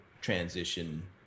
transition